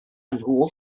nhw